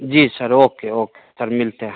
जी sir okay okay sir मिलते हैं